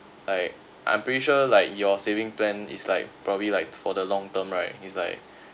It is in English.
I I'm pretty sure like your saving plan is like probably like for the long term right it's like